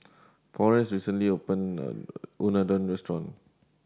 Forrest recently opened a Unadon restaurant